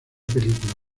película